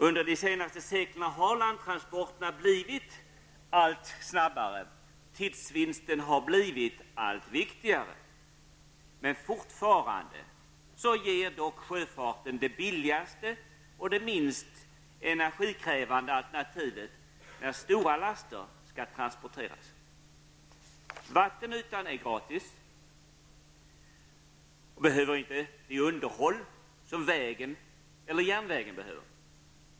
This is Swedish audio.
Under de senaste seklerna har landtransporterna blivit allt snabbare, och tidsvinsten har blivit allt viktigare. Fortfarande ger dock sjöfarten det billigaste och det minst energikrävande alternativet när stora laster skall transporteras. Vattenytan är gratis. Den behöver inte underhåll som vägen eller järnvägen behöver.